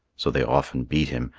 so they often beat him.